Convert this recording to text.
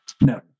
No